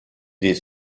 des